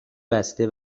بسته